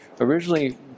originally